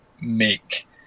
make